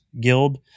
Guild